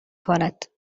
کند